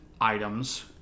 items